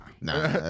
Nah